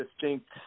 distinct